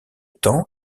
temps